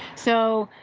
so,